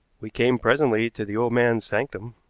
we came presently to the old man's sanctum.